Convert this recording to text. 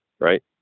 right